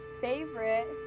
favorite